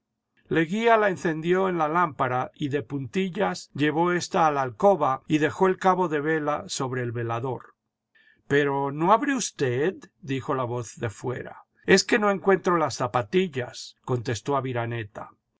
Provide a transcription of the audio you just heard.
leguía la encendió en la lámpara y de puntillas llevó ésta a la alcoba y dejó el cabo de vela sobre el velador pero no abre usted dijo la voz de fuera es que no encuentro las zapatillas contestó aviraneta